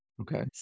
Okay